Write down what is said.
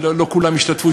לא כולם השתתפו,